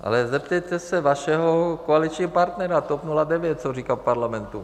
Ale zeptejte se vašeho koaličního partnera TOP 09, co říká v parlamentu.